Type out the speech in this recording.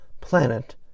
planet